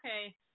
okay